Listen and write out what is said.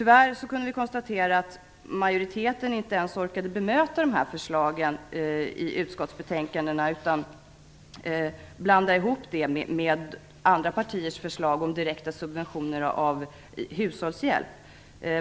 Vi kunde tyvärr konstatera att majoriteten inte ens orkade bemöta dessa förslag i utskottsbetänkandena utan blandade ihop dem med andra partiers förslag om direkt subventionering av hushållshjälp.